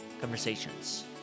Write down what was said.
conversations